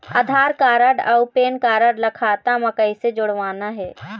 आधार card अऊ PAN card ला खाता म कइसे जोड़वाना हे?